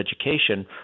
Education